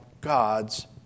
God's